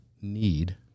need